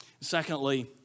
Secondly